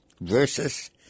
versus